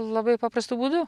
labai paprastu būdu